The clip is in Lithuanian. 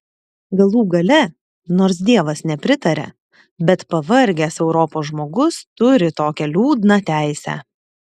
galų gale nors dievas nepritaria bet pavargęs europos žmogus turi tokią liūdną teisę